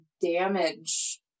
damage